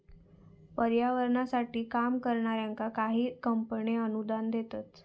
पर्यावरणासाठी काम करणाऱ्यांका काही कंपने अनुदान देतत